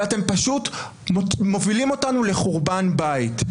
ואתם פשוט מובילים אותנו לחורבן הבית.